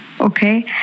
okay